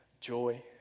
joy